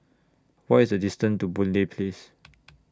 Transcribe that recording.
What IS The distance to Boon Lay Place